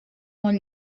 molt